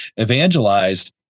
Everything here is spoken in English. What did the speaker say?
evangelized